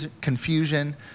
confusion